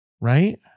right